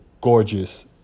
gorgeous